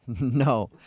No